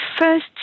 first